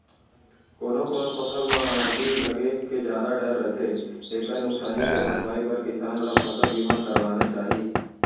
कोनो कोनो फसल म आगी लगे के जादा डर रथे एकर नुकसानी के भरपई बर किसान ल फसल बीमा करवाना चाही